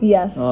Yes